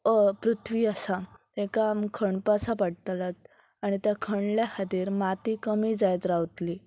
पृथ्वी आसा तेका आम खणपाचा पडटला आनी त्या खणल्या खातीर माती कमी जायत रावतली